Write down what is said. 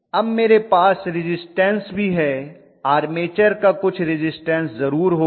अब मेरे पास रिज़िस्टन्स भी है आर्मेचर का कुछ रिज़िस्टन्स जरूर होगा